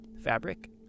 fabric